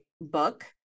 book